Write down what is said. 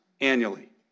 annually